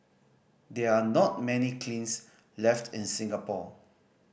there are not many kilns left in Singapore